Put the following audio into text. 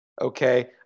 okay